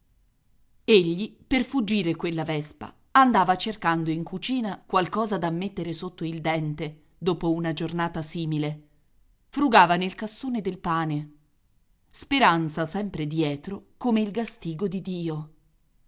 egli per fuggire quella vespa andava cercando in cucina qualcosa da mettere sotto il dente dopo una giornata simile frugava nel cassone del pane speranza sempre dietro come il gastigo di dio